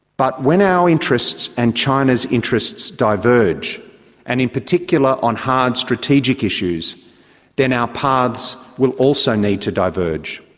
but when our interests and china's interests diverge and in particular on hard strategic issues then our paths will also need to diverge.